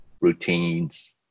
routines